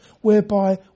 whereby